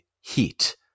heat